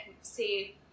say